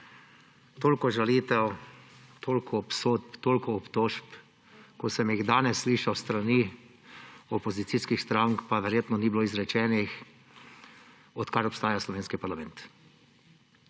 Toliko žalitev, toliko obsodb, toliko obtožb, kot sem jih danes slišal s strani opozicijskih strank, pa verjetno ni bilo izrečenih, odkar obstaja slovenski parlament.